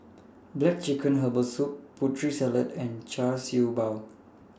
Black Chicken Herbal Soup Putri Salad and Char Siew Bao